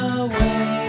away